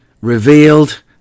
revealed